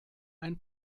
ein